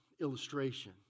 illustration